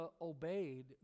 obeyed